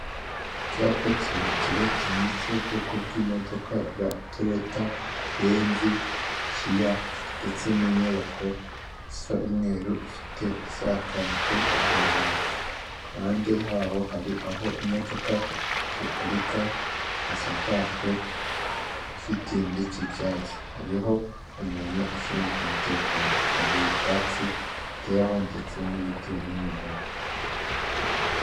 Icyapa kirekire cyanditseho ubwoko bw'imodoka bwa Toyota, Benzi, kiya ndetse n'inyubako isa umweru ifite isakajwe amabati, ku ruhande haho hari aho imodoka ziparika hasakajwe igishitingi y'icyatsi hariho umuntu ushinzwe umutekano hari ibyatsi biteyeho ndetse n'ibiti n'iminara.